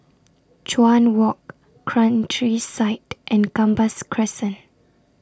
Chuan Walk Countryside and Gambas Crescent